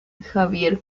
javier